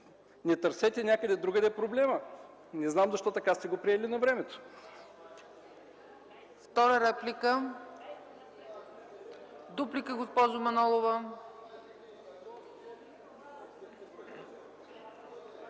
не търсете някъде другаде проблема. Не знам защо така сте го приели на времето.